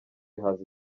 haza